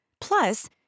plus